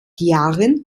jahren